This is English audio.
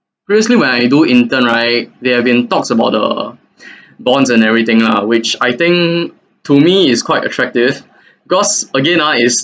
previously when I do intern right there have been talks about the bonds and everything lah which I think to me is quite attractive cause again ah is